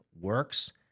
works